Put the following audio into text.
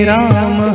Ram